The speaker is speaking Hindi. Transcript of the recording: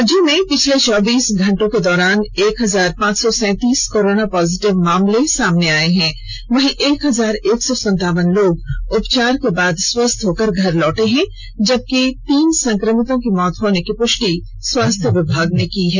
राज्य में पिछले चौबीस घंटे के दौरान एक हजार पांच सौ सैतीस कोराना पॉजिटिव मामले सामने आए हैं वहीं एक हजार एक सौ संतावन लोग उपचार के बाद स्वस्थ होकर घर लौट चुके हैं जबकि तीन संक्रमितों की मौत होने की पुष्टि स्वास्थ्य विभाग ने की है